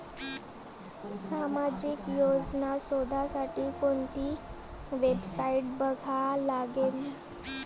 सामाजिक योजना शोधासाठी कोंती वेबसाईट बघा लागन?